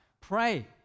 Pray